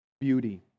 Beauty